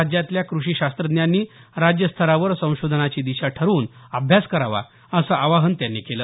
राज्यातल्या कृषि शास्त्रज्ञांनी राज्यस्तरावर संशोधनाची दिशा ठरवून अभ्यास करावा असं आवाहन त्यांनी केलं